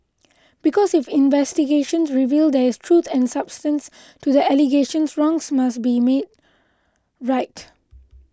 because if investigations reveal there is truth and substance to the allegations wrongs must be made right